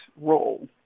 role